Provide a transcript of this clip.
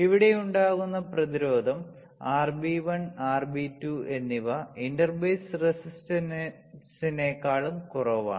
ഇവിടെ ഉണ്ടാകുന്ന പ്രതിരോധം RB1 RB2 എന്നിവ ഇന്റർ ബേസ് റെസിസ്റ്റൻസിനേക്കാൾ കുറവാണ്